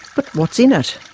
but what's in it?